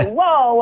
whoa